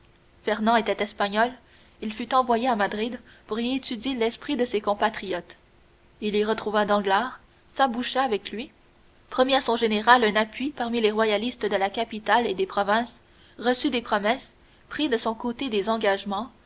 fernand était espagnol il fut envoyé à madrid pour y étudier l'esprit de ses compatriotes il y retrouva danglars s'aboucha avec lui promit à son général un appui parmi les royalistes de la capitale et des provinces reçut des promesses prit de son côté des engagements